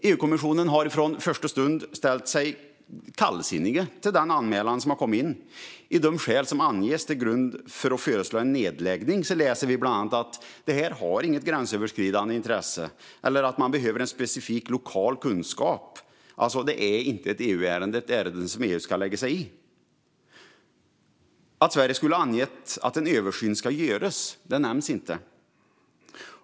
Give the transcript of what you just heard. EU-kommissionen har från första stund ställt sig kallsinnig till den anmälan som kommit in. I de skäl som anges till grund för att föreslå en nedläggning läser vi bland annat att detta inte har något gränsöverskridande intresse eller att man behöver en specifik lokal kunskap. Alltså är det inte ett ärende som EU ska lägga sig i. Att Sverige skulle ha angett att en översyn ska göras nämns inte.